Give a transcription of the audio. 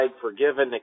forgiven